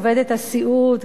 עובדת הסיעוד,